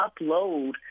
upload